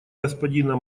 господина